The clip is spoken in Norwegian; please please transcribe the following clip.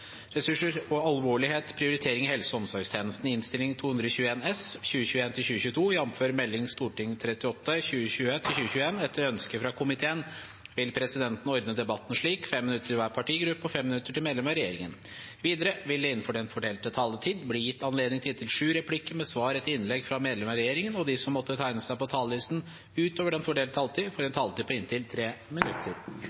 vil presidenten ordne debatten slik: 5 minutter til hver partigruppe og 5 minutter til medlem av regjeringen. Videre vil det – innenfor den fordelte taletid – bli gitt anledning til inntil sju replikker med svar etter innlegg fra medlem av regjeringen, og de som måtte tegne seg på talerlisten utover den fordelte taletid, får en